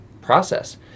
process